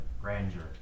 grandeur